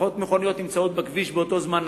פחות מכוניות נמצאות על הכביש באותו זמן.